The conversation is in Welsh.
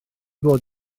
bod